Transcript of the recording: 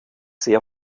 sehr